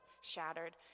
shattered